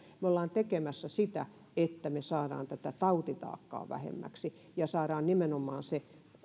me olemme tekemässä niitä että me saamme tätä tautitaakkaa vähemmäksi ja saamme nimenomaan